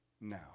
now